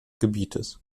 gebietes